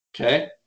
Okay